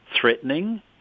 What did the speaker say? threatening